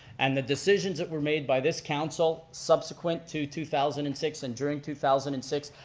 and the decisions that were made by this council, subsequent to two thousand and six and during two thousand and six,